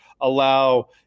allow